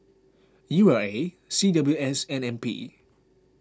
U R A C W S and N P